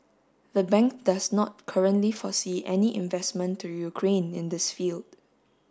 the bank does not currently foresee any investment to Ukraine in this field